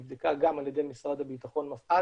נבדקה גם על ידי משרד הבטחון מפא"ת,